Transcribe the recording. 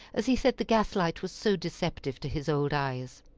as he said the gas-light was so deceptive to his old eyes.